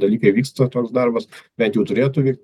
dalykai vyksta toks darbas bent jau turėtų vykt